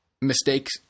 mistakes